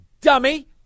dummy